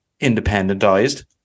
independentized